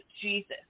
Jesus